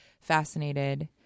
fascinated